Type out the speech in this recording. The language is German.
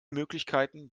möglichkeiten